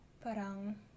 parang